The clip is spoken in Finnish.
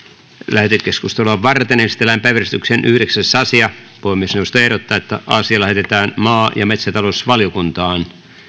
lähetekeskustelua varten esitellään päiväjärjestyksen yhdeksäs asia puhemiesneuvosto ehdottaa että asia lähetetään maa ja metsätalousvaliokuntaan